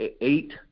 eight